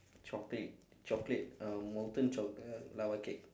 chocolate chocolate uh molten choc~ uh lava cake